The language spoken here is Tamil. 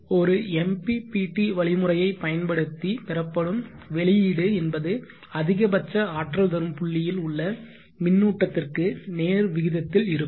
ஒரு MPPT வழிமுறையை பயன்படுத்தி பெறப்படும் வெளியீடு என்பது அதிகபட்ச ஆற்றல் தரும் புள்ளியில் உள்ள மின்னூட்டத்திற்கு நேர்விகிதத்தில் இருக்கும்